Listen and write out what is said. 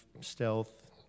stealth